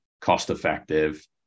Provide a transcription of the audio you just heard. cost-effective